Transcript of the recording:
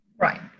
Right